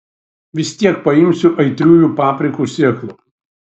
vis tiek paimsiu aitriųjų paprikų sėklų